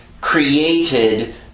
created